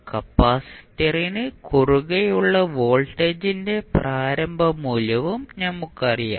കപ്പാസിറ്ററിന് കുറുകെയുള്ള വോൾട്ടേജിന്റെ പ്രാരംഭ മൂല്യവും നമുക്കറിയാം